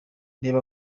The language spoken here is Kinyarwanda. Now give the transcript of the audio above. reba